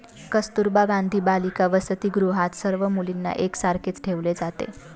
कस्तुरबा गांधी बालिका वसतिगृहात सर्व मुलींना एक सारखेच ठेवले जाते